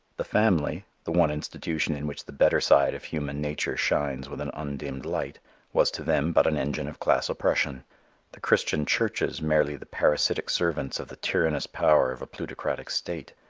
the family the one institution in which the better side of human nature shines with an undimmed light was to them but an engine of class oppression the christian churches merely the parasitic servants of the tyrannous power of a plutocratic state.